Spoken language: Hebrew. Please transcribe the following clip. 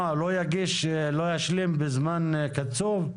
מה, לא ישלים בזמן קצוב?